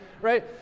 right